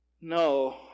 No